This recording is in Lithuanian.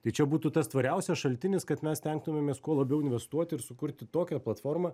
tai čia būtų tas tvariausias šaltinis kad mes stengtumėmės kuo labiau investuoti ir sukurti tokią platformą